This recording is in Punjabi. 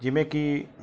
ਜਿਵੇਂ ਕਿ